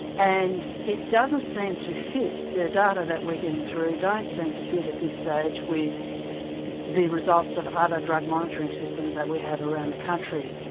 and it doesn't seem to fit the data that we're getting through, don't seem to fit at this stage with the results of other drug monitoring systems that we have around the country.